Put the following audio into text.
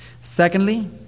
Secondly